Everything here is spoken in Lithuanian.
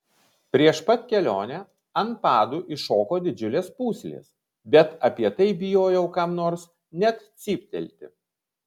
prieš pat kelionę ant padų iššoko didžiulės pūslės bet apie tai bijojau kam nors net cyptelti